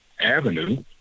Avenue